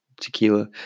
tequila